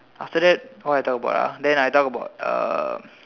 after that what I talk about ah then I talk about um